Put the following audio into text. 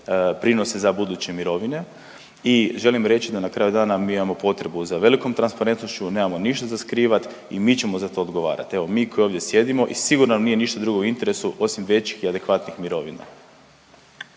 prinose za buduće mirovine i želim reći da na kraju dana mi imamo potrebu za velikom transparentnošću, nemamo ništa za skrivat i mi ćemo za to odgovarat. Evo mi koji ovdje sjedimo i sigurno nam nije ništa drugo u interesu osim većih i adekvatnih mirovina.